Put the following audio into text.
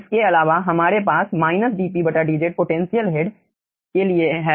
उसके अलावा हमारे पास dpdz पोटेंशियल हेड के लिए हैं